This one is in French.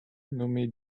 nommer